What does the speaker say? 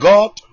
God